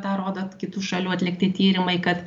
tą rodo kitų šalių atlikti tyrimai kad